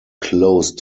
close